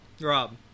Rob